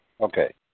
Okay